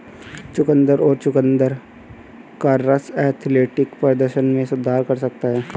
चुकंदर और चुकंदर का रस एथलेटिक प्रदर्शन में सुधार कर सकता है